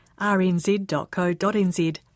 rnz.co.nz